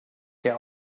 der